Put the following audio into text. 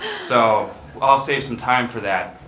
ah so i'll save some time for that.